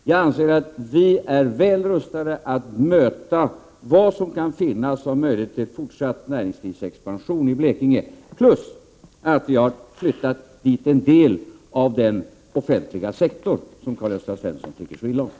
Jag anser att vi är väl rustade att möta vad som kan finnas av möjligheter för fortsatt expansion för näringslivet i Blekinge. Dessutom har vi ju flyttat dit en del av den offentliga verksamheten, som Karl-Gösta Svenson tycker så illa om.